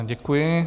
Děkuji.